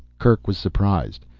kerk was surprised.